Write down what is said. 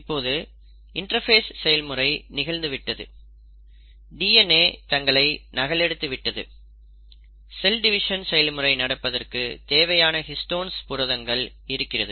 இப்போது இன்டர்பேஸ் செயல்முறை நிகழ்ந்து விட்டது டிஎன்ஏ தங்களை நகல் எடுத்து விட்டது செல் டிவிஷன் செயல்முறை நடப்பதற்கு தேவையான ஹிஸ்டோன்ஸ் புரதங்கள் இருக்கிறது